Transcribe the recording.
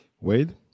Wade